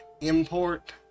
import